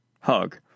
Hug